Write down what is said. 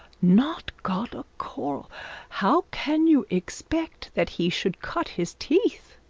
not got a coral how can you expect that he should cut his teeth?